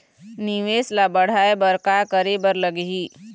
निवेश ला बढ़ाय बर का करे बर लगही?